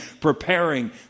preparing